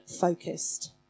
focused